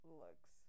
looks